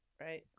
right